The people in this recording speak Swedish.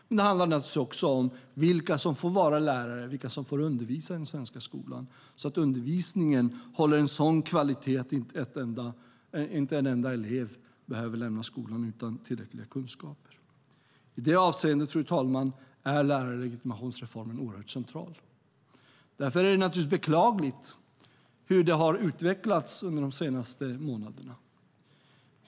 Men det handlar naturligtvis också om vilka som får vara lärare och undervisa i den svenska skolan så att undervisningen håller en sådan kvalitet att inte en enda elev behöver lämna skolan utan tillräckliga kunskaper. I detta avseende är lärarlegitimationsreformen oerhört central. Därför är det naturligtvis beklagligt hur det har utvecklats under de senaste månaderna.